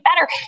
better